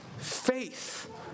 Faith